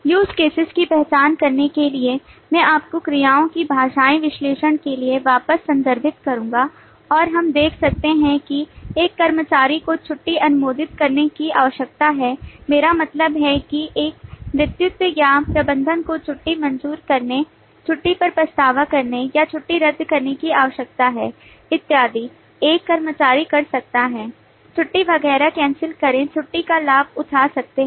use cases की पहचान करने के लिए मैं आपको क्रियाओं के भाषाई विश्लेषण के लिए वापस संदर्भित करूंगा और हम देख सकते हैं कि एक कर्मचारी को छुट्टी अनुमोदित करने की आवश्यकता है मेरा मतलब है कि एक नेतृत्व या प्रबंधक को छुट्टी मंजूर करने छुट्टी पर पछतावा करने या छुट्टी रद्द करने की आवश्यकता है इत्त्यादि एक कर्मचारी कर सकता है छुट्टी वगैरह कैंसिल करें छुट्टी का लाभ उठा सकते हैं